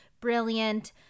brilliant